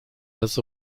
des